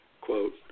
quote